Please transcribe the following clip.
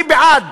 אני בעד